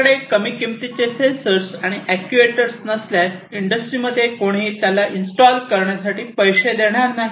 आपल्याकडे कमी किमतीचे सेन्सर्स आणि अॅक्ट्युएटर नसल्यास इंडस्ट्रीमध्ये कोणीही त्यांना इन्स्टॉल करण्यासाठी पैसे देणार नाही